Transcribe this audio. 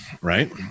right